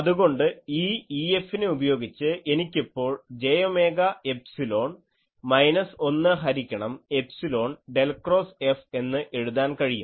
അതുകൊണ്ട് ഈ EFനെ ഉപയോഗിച്ച് എനിക്കിപ്പോൾ j ഒമേഗ എപ്സിലോൺ മൈനസ് 1 ഹരിക്കണം എപ്സിലോൺ ഡെൽ ക്രോസ് F എന്ന് എഴുതാൻ കഴിയും